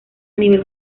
nivel